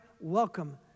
welcome